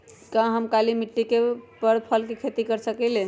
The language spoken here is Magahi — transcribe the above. का हम काली मिट्टी पर फल के खेती कर सकिले?